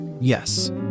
Yes